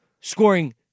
scoring